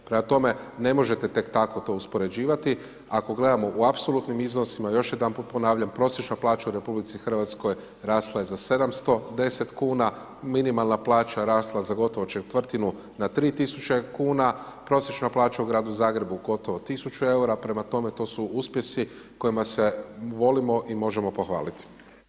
Prema tome ne možete tek tako to uspoređivati, ako gledamo u apsolutnim iznosima još jedanput ponavljam prosječna plaća u RH rasla je za 710 kuna, minimalna plaća rasla za gotovo četvrtinu na 3.000 kuna, prosječna plaća u Gradu Zagrebu gotovo 1.000 EUR-a, prema tome to su uspjesi kojima se volimo i možemo pohvaliti.